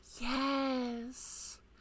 Yes